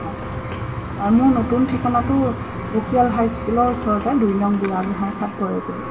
হয় হয় মোৰ নতুন ঠিকনাটো বকিয়াল হাইস্কুলৰ ওচৰতে দুই নং বুঢ়াগোঁহাইখাট পৰে